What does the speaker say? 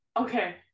okay